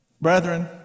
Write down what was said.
brethren